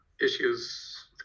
issues